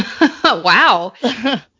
Wow